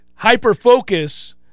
hyper-focus